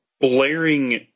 blaring